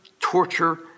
torture